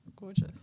gorgeous